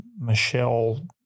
Michelle